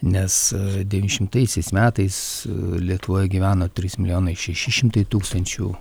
nes devyni šimtaisiais metais lietuvoje gyveno trys milijonai šeši šimtai tūkstančių